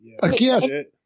Again